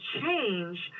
change